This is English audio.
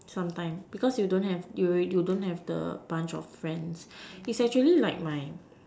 sometime because you don't have you you don't have the bunch of friends is actually like my